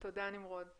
תודה, נמרוד.